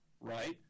right